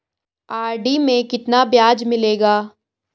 RD में कितना ब्याज मिलेगा?